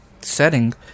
setting